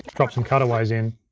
drop some cutaways in,